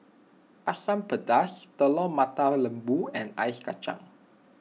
Asam Pedas Telur Mata Lembu and Ice Kachang